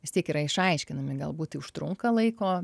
vis tiek yra išaiškinami galbūt tai užtrunka laiko